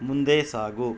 ಮುಂದೆ ಸಾಗು